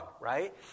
right